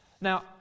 Now